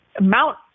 Mount